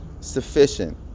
sufficient